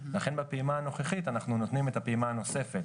לכן בפעימה הנוכחית אנחנו נותנים את הפעימה הנוספת